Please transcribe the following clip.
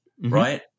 right